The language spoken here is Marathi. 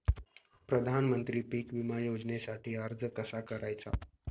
प्रधानमंत्री पीक विमा योजनेसाठी अर्ज कसा करायचा?